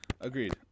Agreed